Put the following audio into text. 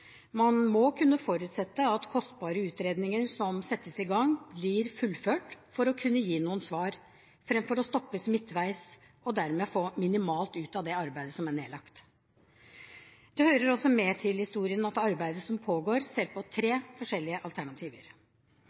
Man må kunne forutsette at kostbare utredninger som settes i gang, blir fullført for å kunne gi noen svar, framfor å stoppes midtveis og dermed få minimalt ut av det arbeidet som er nedlagt. Det hører også med til historien at arbeidet som pågår, ser på tre forskjellige alternativer.